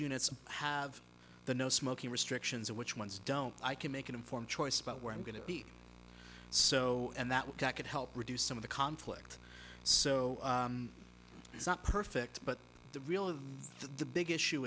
units have the no smoking restrictions and which ones don't i can make an informed choice about where i'm going to be so and that could help reduce some of the conflict so it's not perfect but the real of the big issue